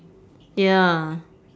ya